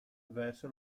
verso